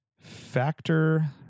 Factor